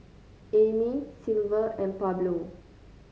Amey Silver and Pablo